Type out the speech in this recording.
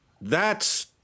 That's-